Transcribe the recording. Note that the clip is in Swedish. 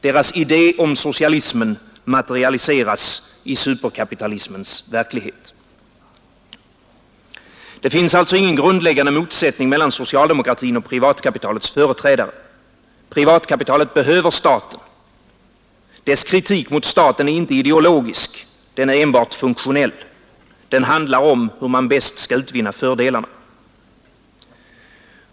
Deras idé om socialismen materialiseras i superkapitalismens verklighet. Det finns alltså ingen grundläggande motsättning mellan socialdemokratin och privatkapitalets företrädare. Privatkapitalet behöver staten. Dess kritik mot staten är inte ideologisk, den är enbart funktionell; den handlar om hur man bäst skall utvinna fördelarna.